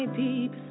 deep